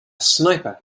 sniper